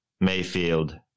Mayfield